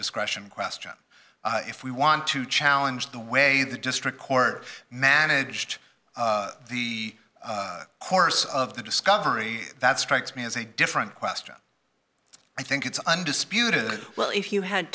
discretion question if we want to challenge the way the district court managed the course of the discovery that strikes me as a different question i think it's undisputed well if you had